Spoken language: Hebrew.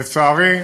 לצערי,